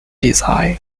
design